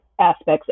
aspects